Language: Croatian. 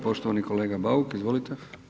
Poštovani kolega Bauk, izvolte.